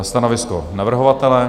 Stanovisko navrhovatele?